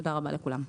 תודה רבה לכולם.